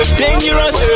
dangerous